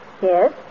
Yes